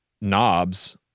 knobs